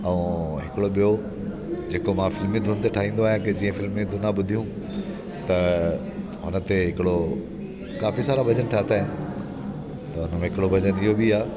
ऐं हिकिड़ो ॿियो जेको मां फिल्मी धुन ते ठाहिंदो आहियां की जीअं फिल्मी धुन ॿुधियूं त हुनते हिकिड़ो काफी सारा भॼन ठाता आहिनि त हुनमें हिकिड़ो भॼन इहो बि आहे